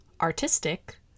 artistic